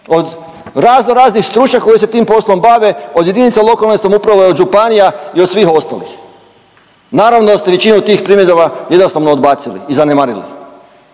od raznoraznih stručnjaka koji se tim poslom bave, od jedinica lokalne samouprave, od županija i od svih ostalih. Naravno da ste većinu tih primjedaba jednostavno odbacili i zanemarili.